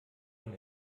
von